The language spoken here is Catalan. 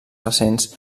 recents